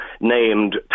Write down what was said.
named